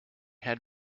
had